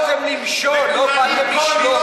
באתם למשול, לא באתם לשלוט.